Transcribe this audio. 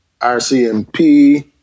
RCMP